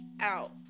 out